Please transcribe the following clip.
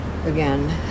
again